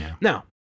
Now